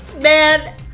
man